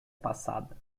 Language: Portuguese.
passada